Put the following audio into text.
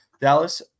dallas